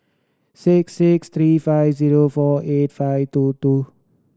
six six three five zero four eight five two two